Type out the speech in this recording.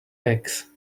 eggs